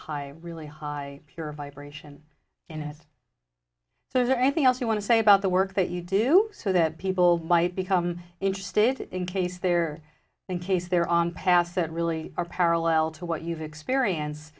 high really high you're vibration and as so is there anything else you want to say about the work that you do so that people might become interested in case there in case they're on passed that really are parallel to what you've experienced